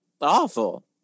awful